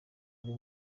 ari